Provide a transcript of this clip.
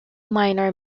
minor